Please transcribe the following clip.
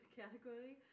category